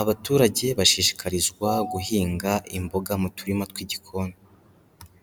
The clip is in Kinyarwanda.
Abaturage bashishikarizwa guhinga imboga mu turima tw'igikoni.